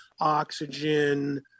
oxygen